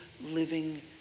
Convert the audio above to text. living